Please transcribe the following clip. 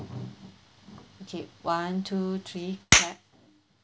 okay one two three clap